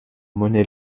monnaie